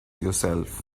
yourself